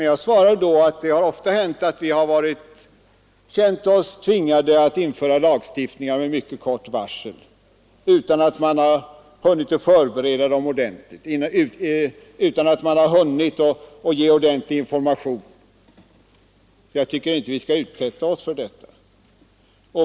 Jag svarade att det har ofta hänt att vi känt oss tvingade att införa en lagstiftning med mycket kort varsel utan att man har hunnit förbereda den ordentligt, utan att man har hunnit ge ordentlig information, och jag tycker inte att vi skall utsätta oss för detta.